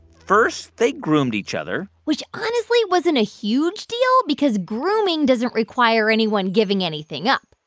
first, they groomed each other which honestly wasn't a huge deal because grooming doesn't require anyone giving anything up.